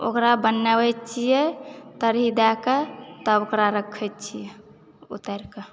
ओकरा बनबैत छियै तरही दयकऽ तब ओकरा रखैत छियै उतारिकऽ